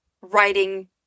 writing